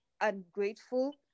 ungrateful